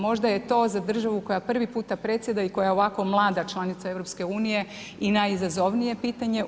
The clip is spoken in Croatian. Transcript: Možda je to za državu koja prvi puta predsjeda i koja je ovako mlada članica EU i najizazovnije pitanje.